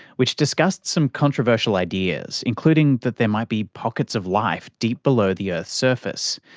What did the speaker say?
which discussed some controversial ideas, including that there might be pockets of life deep below the earth's surface,